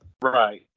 right